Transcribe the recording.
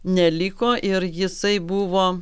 neliko ir jisai buvo